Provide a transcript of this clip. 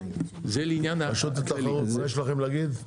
רשות התחרות, מה יש לכם להגיד?